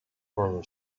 from